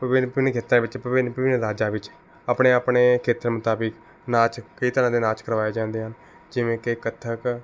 ਵਿਭਿੰਨ ਵਿਭਿੰਨ ਖੇਤਰਾਂ ਵਿੱਚ ਵਿਭਿੰਨ ਵਿਭਿੰਨ ਰਾਜਾਂ ਵਿੱਚ ਆਪਣੇ ਆਪਣੇ ਖੇਤਰ ਮੁਤਾਬਿਕ ਨਾਚ ਕਈ ਤਰ੍ਹਾਂ ਦੇ ਨਾਚ ਕਰਵਾਏ ਜਾਂਦੇ ਹਨ ਜਿਵੇਂ ਕਿ ਕੱਥਕ